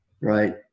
right